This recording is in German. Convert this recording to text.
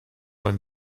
man